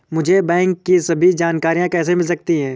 मुझे बैंकों की सभी जानकारियाँ कैसे मिल सकती हैं?